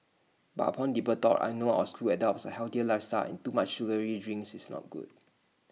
but upon deeper thought I know our school adopts A healthier lifestyle and too much sugary drinks is not good